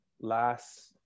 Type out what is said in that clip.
last